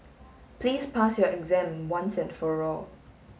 please pass your exam once and for all